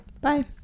bye